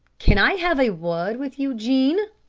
can i have a word with you, jean?